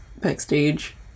backstage